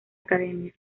academia